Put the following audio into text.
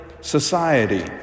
society